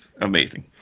amazing